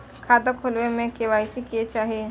खाता खोला बे में के.वाई.सी के चाहि?